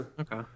Okay